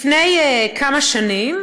לפני כמה שנים